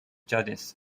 jadis